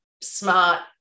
smart